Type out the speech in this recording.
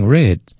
red